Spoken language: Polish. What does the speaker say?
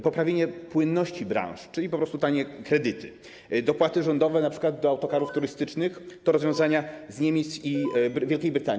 Poprawienie płynności branż, czyli po porostu tanie kredyty, dopłaty rządowe np. do autokarów turystycznych - to rozwiązania z Niemiec i Wielkiej Brytanii.